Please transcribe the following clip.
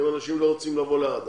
אם אנשים לא רוצים לבוא לערד,